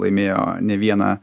laimėjo ne vieną